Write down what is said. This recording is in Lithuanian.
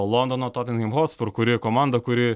londono totenhen hospur kuri komanda kuri